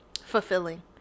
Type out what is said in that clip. fulfilling